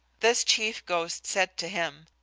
this chief ghost said to him,